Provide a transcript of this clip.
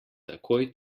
takoj